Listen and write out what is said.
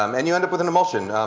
um and you end up with an emulsion.